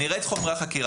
אני אראה את חומרי החקירה,